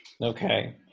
Okay